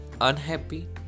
unhappy